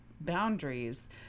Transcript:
boundaries